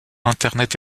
internet